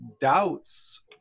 doubts